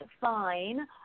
fine